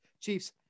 Chiefs